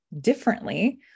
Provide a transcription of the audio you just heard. differently